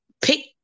pick